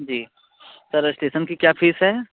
जी sir registration की क्या fees है